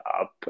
up